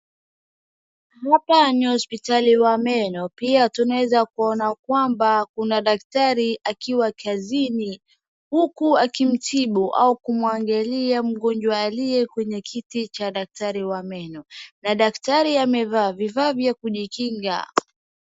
Hapa ni hospitali ya meno pia tunaweza kuona kwamba kuna daktari akiwa kazini huku akimtibu au kumwangalia mgonjwa aliye kwenye kiti cha daktari wa meno. Na daktari amevaa vifaa vya kujikinga.